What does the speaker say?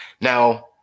Now